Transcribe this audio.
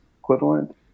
equivalent